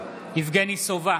יבגני סובה,